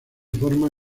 forma